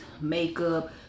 makeup